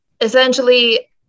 essentially